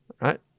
right